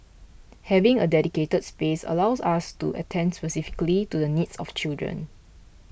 having a dedicated space allows us to attend specifically to the needs of children